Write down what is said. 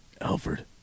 Alfred